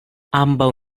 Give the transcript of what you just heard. ambaŭ